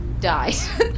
died